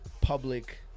public